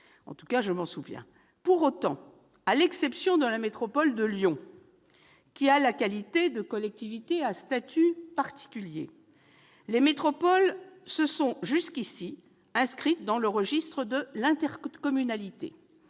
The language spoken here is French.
; certains ici s'en souviennent. Pour autant, à l'exception de la métropole de Lyon, qui a la qualité de collectivité à statut particulier, les métropoles se sont jusqu'à présent inscrites dans le registre de l'intercommunalité,